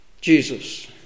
Jesus